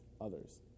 others